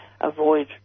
avoid